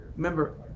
Remember